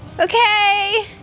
Okay